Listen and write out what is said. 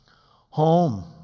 Home